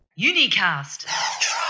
Unicast